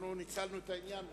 ניצלנו את העניין ואישרנו,